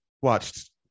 watched